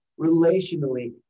relationally